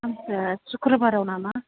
आमथिसुवाया सुक्रुबाराव नामा